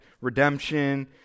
redemption